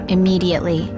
Immediately